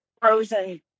frozen